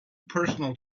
personal